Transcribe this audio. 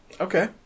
Okay